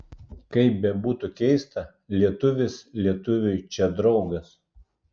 kaip bebūtų keista lietuvis lietuviui čia draugas